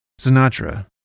Sinatra